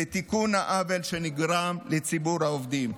לתיקון העוול שנגרם לציבור העובדים.